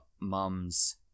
mum's